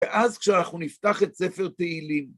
ואז כשאנחנו נפתח את ספר תהילים.